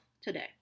today